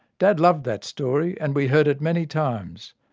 dad loved that story, and we heard it many times.